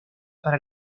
para